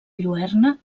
lluerna